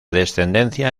descendencia